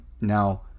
now